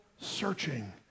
searching